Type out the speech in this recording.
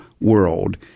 world